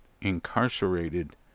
incarcerated